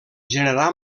generar